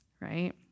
right